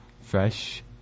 fresh